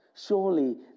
Surely